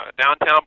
downtown